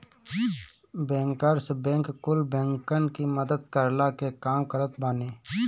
bankers bank कुल बैंकन की मदद करला के काम करत बाने